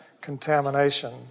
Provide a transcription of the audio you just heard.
contamination